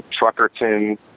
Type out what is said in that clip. Truckerton